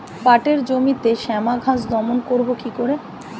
পাটের জমিতে শ্যামা ঘাস দমন করবো কি করে?